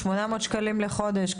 800 שקלים לחודש,